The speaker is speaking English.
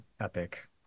epic